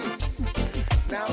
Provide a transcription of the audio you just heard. Now